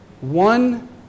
one